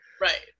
Right